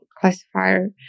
classifier